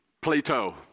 Plato